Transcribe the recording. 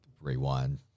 rewind